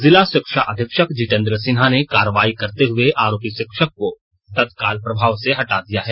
जिला शिक्षा अधीक्षक जितेंद्र सिन्हा ने कार्रवाई करते हुए आरोपी शिक्षक को तत्काल प्रभाव से हटा दिया है